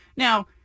Now